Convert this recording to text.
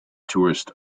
tourist